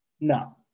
No